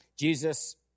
Jesus